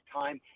time